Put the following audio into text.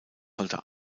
sollte